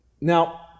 Now